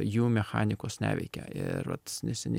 jų mechanikos neveikia ir vat neseniai